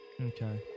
Okay